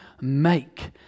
make